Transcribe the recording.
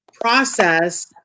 process